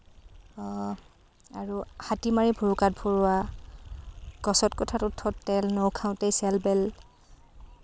আৰু হাতী মাৰি ভুৰুকাৰ ভৰোৱা গছত কঁঠাল ওঁঠত তেল নৌ খাওঁতেই ছেল বেল